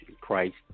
Christ